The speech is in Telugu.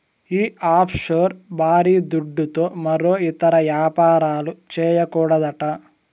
ఈ ఆఫ్షోర్ బారీ దుడ్డుతో మరో ఇతర యాపారాలు, చేయకూడదట